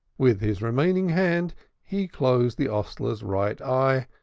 with his remaining hand he closed the hostler's right eye,